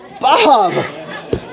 Bob